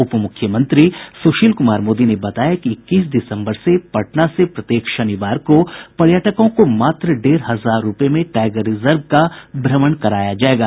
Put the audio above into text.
उप मुख्यमंत्री सुशील कुमार मोदी ने बताया कि इक्कीस दिसम्बर से पटना से प्रत्येक शनिवार को पर्यटकों को मात्र डेढ़ हजार रुपये में टाईगर रिजर्व का भ्रमण कराया जायेगा